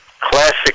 classic